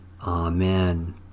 Amen